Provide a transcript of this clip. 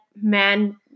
man